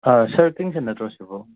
ꯁꯥꯔ ꯀꯤꯡꯁꯟ ꯅꯠꯇ꯭ꯔꯣ ꯁꯤꯕꯣ